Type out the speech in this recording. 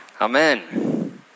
Amen